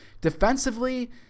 Defensively